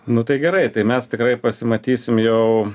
nu tai gerai tai mes tikrai pasimatysim jau